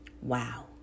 Wow